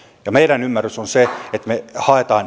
ja meidän ymmärryksemme on että me haemme